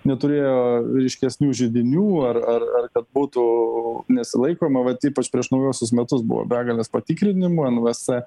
neturėjo ryškesnių židinių ar ar ar kad būtų nesilaikoma vat ypač prieš naujuosius metus buvo begalės patikrinimų nvs